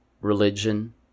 religion